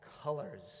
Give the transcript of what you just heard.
colors